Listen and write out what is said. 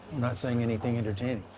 not saying anything entertaining.